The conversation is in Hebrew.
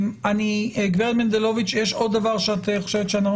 אני גברת מנדלוביץ' יש עוד דבר שאת חושבת שאנחנו